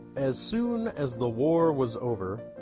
as soon as the war was over,